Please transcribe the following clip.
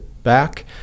Back